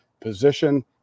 position